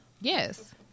Yes